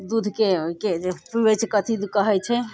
दूधके के पुरै जे कथी तऽ कहै छै